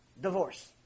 Divorce